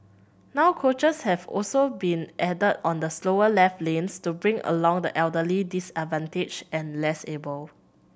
now coaches have also been added on the slower left lanes to bring along the elderly disadvantaged and less able